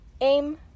Aim